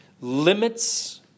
limits